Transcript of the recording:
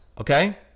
okay